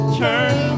turn